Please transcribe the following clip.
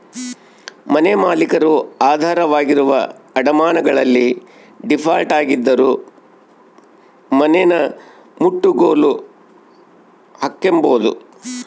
ಮನೆಮಾಲೀಕರು ಆಧಾರವಾಗಿರುವ ಅಡಮಾನಗಳಲ್ಲಿ ಡೀಫಾಲ್ಟ್ ಆಗಿದ್ದರೂ ಮನೆನಮುಟ್ಟುಗೋಲು ಹಾಕ್ಕೆಂಬೋದು